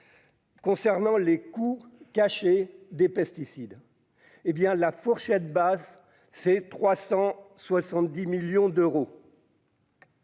Concernant les coûts cachés des pesticides, hé bien la fourchette basse, c'est 370 millions d'euros.